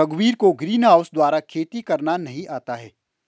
रघुवीर को ग्रीनहाउस द्वारा खेती करना नहीं आता है